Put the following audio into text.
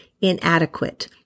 inadequate